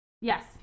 Yes